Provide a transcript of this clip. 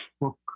book